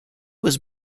was